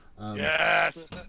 Yes